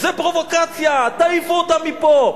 זו פרובוקציה, תעיפו אותם מפה.